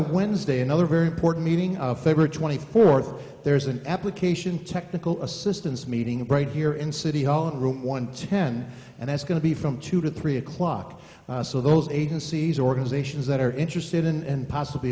wednesday another very important meeting our favorite twenty fourth there's an application technical assistance meeting right here in city hall in room one ten and that's going to be from two to three o'clock so those agencies organizations that are interested and possibly